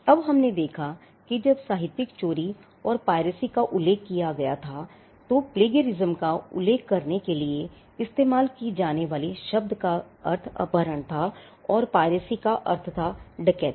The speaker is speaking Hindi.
अब हमने देखा कि जब साहित्यिक चोरी का अर्थ था डकैती